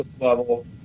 level